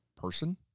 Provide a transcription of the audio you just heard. person